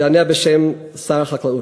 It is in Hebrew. יענה בשם שר החקלאות.